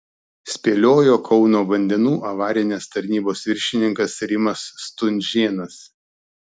spėliojo kauno vandenų avarinės tarnybos viršininkas rimas stunžėnas